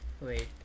Wait